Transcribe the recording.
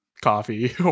coffee